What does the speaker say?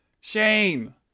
Shame